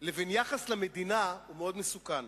לבין יחס למדינה הוא מאוד מסוכן.